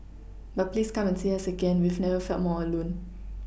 but please come and see us again we've never felt more alone